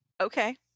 Okay